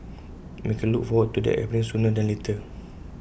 and we can look forward to that happening sooner than later